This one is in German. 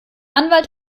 anwalt